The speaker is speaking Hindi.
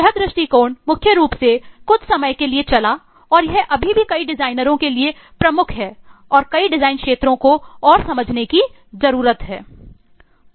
तो यह दृष्टिकोण मुख्य रूप से कुछ समय के लिए चला और यह अभी भी कई डिजाइनरों के लिए प्रमुख है और कई डिजाइन क्षेत्रों को और समझने की जरूरत है